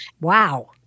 Wow